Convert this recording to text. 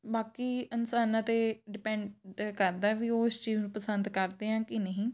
ਬਾਕੀ ਇਨਸਾਨਾਂ 'ਤੇ ਡਿਪੈਂਡ ਕਰਦਾ ਵੀ ਉਹ ਉਸ ਚੀਜ਼ ਨੂੰ ਪਸੰਦ ਕਰਦੇ ਆ ਕਿ ਨਹੀਂ